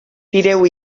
tireu